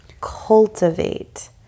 cultivate